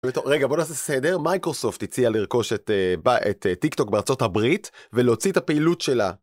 רגע בוא נעשה סדר, מייקרוסופט הציע לרכוש את טיק טוק בארה״ב ולהוציא את הפעילות שלה.